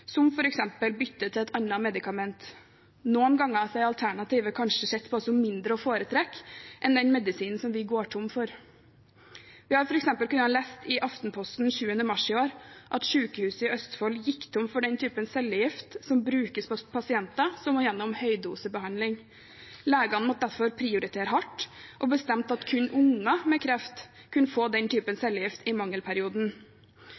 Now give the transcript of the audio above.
som f.eks. å bytte til et annet medikament. Noen ganger er alternativet kanskje sett på som mindre å foretrekke enn den medisinen vi går tom for. Vi kunne f.eks. lese i Aftenposten den 7. mars i år at Sykehuset Østfold gikk tom for den typen cellegift som brukes på pasienter som må igjennom høydosebehandling. Legene måtte derfor prioritere hardt og bestemte at kun barn med kreft kunne få denne typen